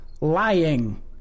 lying